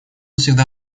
всегда